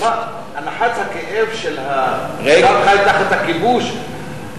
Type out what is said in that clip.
אנחת הכאב של האדם החי תחת הכיבוש,